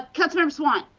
ah council member sawant.